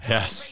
Yes